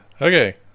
Okay